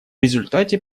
результате